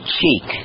cheek